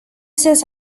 sens